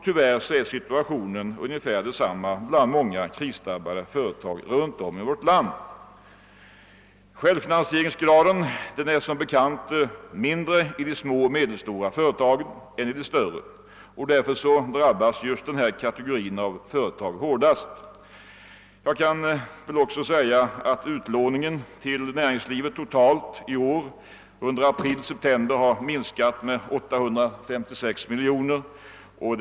Tyvärr är situationen ungefär densamma vid många krisdrabbade företag runt om i vårt land. Självfinansieringsgraden är som bekant lägre i de små och medelstora företagen än i de större, och därför drabbas just denna kategori hårdast. Jag kan nämna att den totala utlåningen till näringslivet under tiden april september i år har minskat med 856 miljoner kronor.